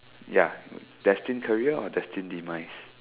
ya destined career or destined demise